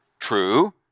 True